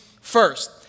first